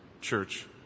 church